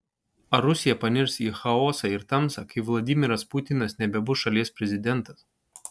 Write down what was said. ar rusija panirs į chaosą ir tamsą kai vladimiras putinas nebebus šalies prezidentas